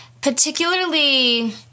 particularly